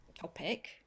topic